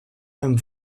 beim